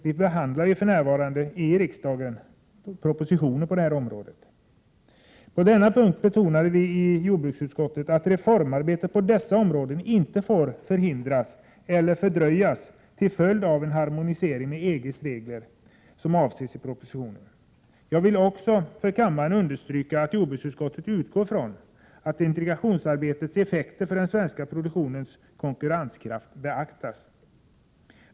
Vi behandlar ju i riksdagen för närvarande propositioner på det här området. Jordbruksutskottet betonar att reformarbetet på dessa områden inte får förhindras eller fördröjas till följd av en sådan harmonisering med EG:s regler som avses i propositionen. Jag vill också för kammaren understryka att jordbruksutskottet utgår ifrån att integrationsarbetets effekter för den svenska produktionens konkurrenskraft beaktas.